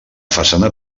façana